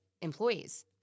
employees